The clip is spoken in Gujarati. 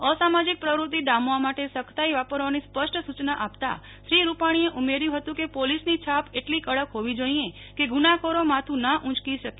અસમાજિક પ્રવૃતિ ડામવા માટે સખતાઈ વાપરવાની સ્પષ્ટ સુચના આપતા શ્રી રૂપાણીએ ઉમેર્યું હતું પોલીસની છાપ એટલી કડક હોવી જોઈએ કે ગુનાખોરો માથું ન ઉચકી શકે